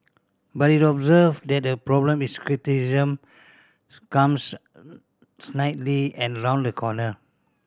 but he observed that the problem is criticism comes snidely and round the corner